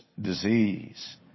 disease